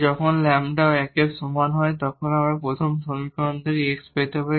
যখন λ 1 এর সমান হয় আমরা এই প্রথম সমীকরণ থেকে x পেতে পারি